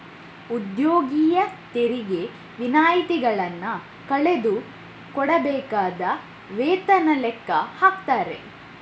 ಉದ್ಯೋಗಿಯ ತೆರಿಗೆ ವಿನಾಯಿತಿಗಳನ್ನ ಕಳೆದು ಕೊಡಬೇಕಾದ ವೇತನ ಲೆಕ್ಕ ಹಾಕ್ತಾರೆ